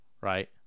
right